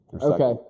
Okay